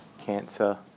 cancer